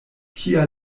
kia